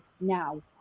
now